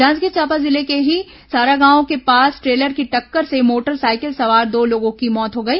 जांजगीर चांपा जिले के ही सारागांव के पास ट्रेलर की टक्कर से मोटर साइकिल सवार दो लोगों की मौत हो गई